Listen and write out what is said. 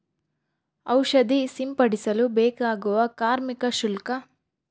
ಔಷಧಿ ಸಿಂಪಡಿಸಲು ಬೇಕಾಗುವ ಕಾರ್ಮಿಕ ಶುಲ್ಕ?